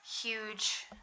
huge